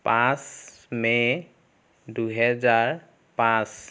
পাঁচ মে' দুহেজাৰ পাঁচ